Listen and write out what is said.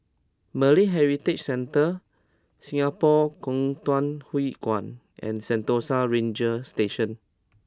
Malay Heritage Centre Singapore Kwangtung Hui Kuan and Sentosa Ranger Station